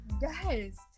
guys